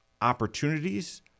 opportunities